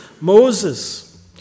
Moses